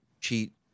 cheat